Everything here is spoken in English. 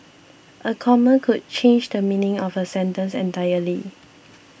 a comma could change the meaning of a sentence entirely